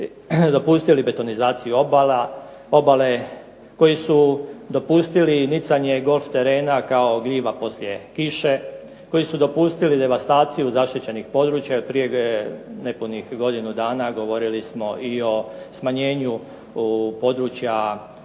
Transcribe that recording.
dopustili betonizaciju obala, obale koji su dopustili nicanje golf terena kao gljiva poslije kiše, koji su dopustili devastaciju zaštićenih područja. Prije nepunih godinu dana govorili smo i o smanjenju područja